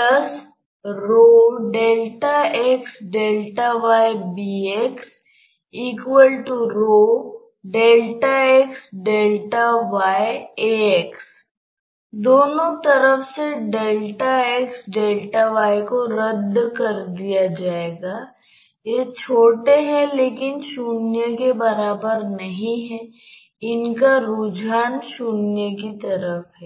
इसलिए जब हम ρ स्थिरांक के बराबर की धारणा बनाते हैं तो यह है कि हमें केवल उस क्षेत्र के समय पर विचार करना होगा जो औसत वेग समान है जो प्रवेश करता है वह